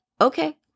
okay